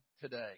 today